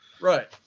right